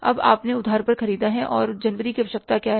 अब आपने उधार पर खरीदा है और जनवरी की आवश्यकता क्या है